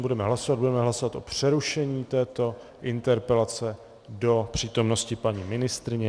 Budeme hlasovat o přerušení této interpelace do přítomnosti paní ministryně.